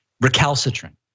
recalcitrant